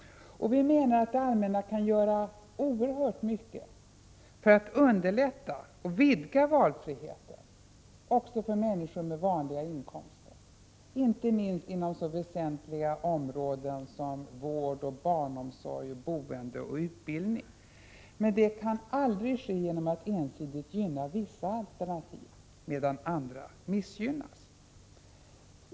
Vi menar att det allmänna kan göra oerhört mycket för att underlätta situationen och vidga valfriheten också för människor med vanliga inkomster, inte minst inom så väsentliga områden som vård, barnomsorg, boende och utbildning. Men det kan aldrig ske genom att man ensidigt gynnar vissa alternativ medan andra missgynnas.